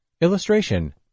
Illustration